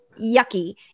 yucky